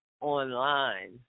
online